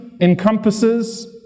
encompasses